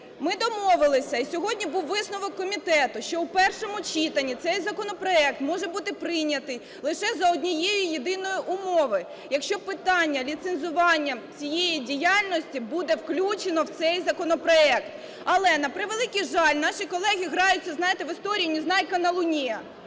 Ми домовилися, і сьогодні був висновок комітету, що в першому читанні цей законопроект може бути прийнятий лише за однієї єдиної умови: якщо питання ліцензування цієї діяльності буде включено в цей законопроект. Але, на превеликий жаль, наші колеги граються, знаєте, в історію "Незнайка на Луне",